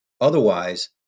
Otherwise